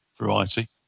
variety